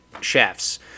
chefs